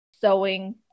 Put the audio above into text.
Sewing